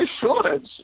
shortage